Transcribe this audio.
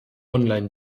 online